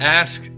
ask